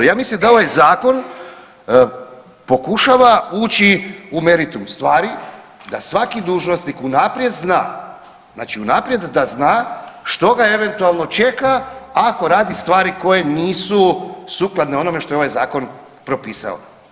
Ja mislim da ovaj zakon pokušava ući u meritum stvari, da svaki dužnosnik unaprijed zna, znači unaprijed da zna što ga eventualno čeka ako radi stvari koje nisu sukladne onome što je ovaj zakon propisao.